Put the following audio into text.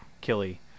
killy